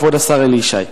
כבוד השר אלי ישי.